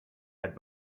had